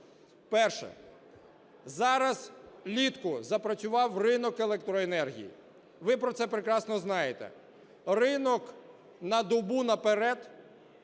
Перше. Зараз, влітку, запрацював ринок електроенергії, ви про прекрасно знаєте. Ринок на добу наперед